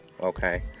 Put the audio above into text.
Okay